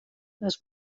les